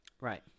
Right